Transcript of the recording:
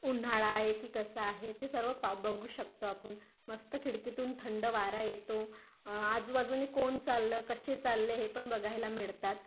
उन्हाळा आहे की कसा आहे ते सर्व पा बघू शकतो आपण मस्त खिडकीतून थंड वारा येतो आजूबाजूने कोण चाललं कसे चालले हे पण बघायला मिळतात